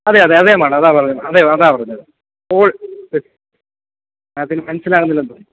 അതെയതെ അതെ മാഡം അതാണ് പറഞ്ഞത് അതെ അതാണ് പറഞ്ഞത് ഓൾ മാഡത്തിന് മനസിലാകുന്നില്ലെന്നു തോന്നുന്നു